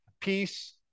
Peace